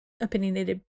opinionated